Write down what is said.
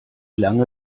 lange